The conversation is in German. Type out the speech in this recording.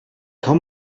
kann